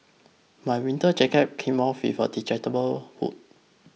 my winter jacket came off with a detachable hood